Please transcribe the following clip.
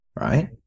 right